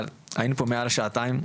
אבל היינו פה מעל שעתיים,